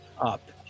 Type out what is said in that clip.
up